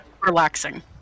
Relaxing